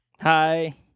hi